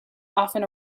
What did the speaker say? often